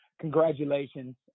congratulations